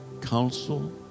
counsel